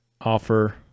offer